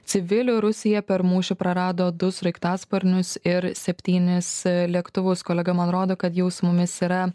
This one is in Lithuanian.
civilių rusija per mūšį prarado du sraigtasparnius ir septynis lėktuvus kolega man rodo kad jau su mumis yra